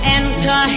enter